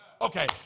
Okay